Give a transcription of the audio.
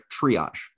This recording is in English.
Triage